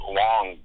long